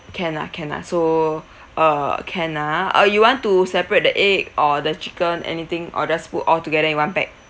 can lah can lah so uh can ah uh you want to separate the egg or the chicken anything or just put altogether in one pack